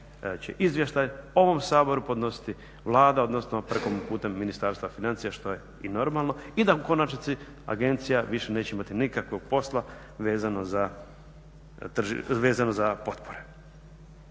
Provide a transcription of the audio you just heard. izvještaj ovom Saboru podnositi Vlada odnosno putem Ministarstva financija što je i normalno i da u konačnici agencija više neće imati nikakvog posla vezano za potpore.